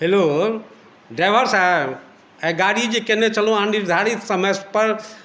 hello driver साहब आइ गाड़ी जे कयने छलहुँ अहाँ निर्धारित समय पर